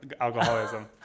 alcoholism